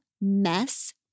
Mess